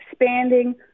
expanding